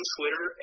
Twitter